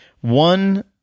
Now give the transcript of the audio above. one